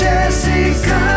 Jessica